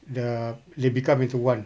the they become into one